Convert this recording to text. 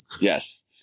Yes